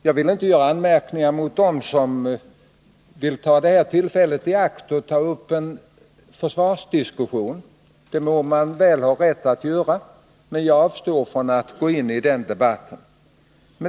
Jag vill inte göra anmärkningar mot dem som tar tillfället i akt att här ta upp en försvarsdiskussion — det må man ha rätt att göra — men själv avstår jag från att gå in i den debatten.